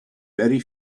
very